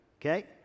Okay